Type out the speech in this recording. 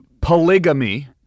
polygamy